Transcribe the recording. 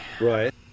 right